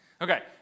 Okay